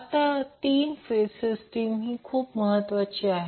आता 3 phase system ही खूप महत्त्वाची आहे